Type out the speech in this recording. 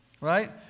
right